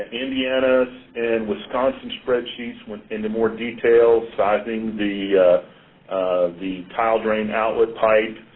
indiana's and wisconsin's spreadsheets went into more details sizing the the tile drain outlet pipe,